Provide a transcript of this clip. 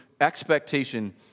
expectation